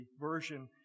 version